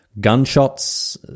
gunshots